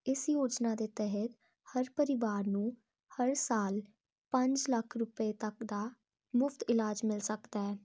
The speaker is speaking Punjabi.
ਇਸ ਯੋਜਨਾ ਦੇ ਤਹਿਤ ਹਰ ਪਰਿਵਾਰ ਨੂੰ ਹਰ ਸਾਲ ਪੰਜ ਲੱਖ ਰੁਪਏ ਤੱਕ ਦਾ ਮੁਫਤ ਇਲਾਜ ਮਿਲ ਸਕਦਾ ਹੈ